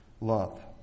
Love